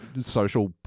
social